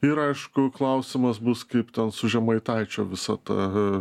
ir aišku klausimas bus kaip ten su žemaitaičio visa ta